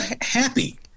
happy